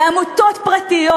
לעמותות פרטיות,